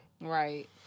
Right